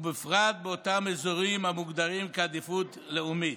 ובפרט אותם אזורים המוגדרים כעדיפות לאומית.